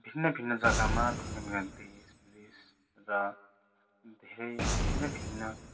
भिन्न भिन्न जग्गामा भिन्न भिन्न देश भेष र धेरै भिन्न भिन्न